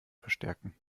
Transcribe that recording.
verstärken